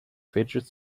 fidget